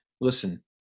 Listen